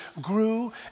grew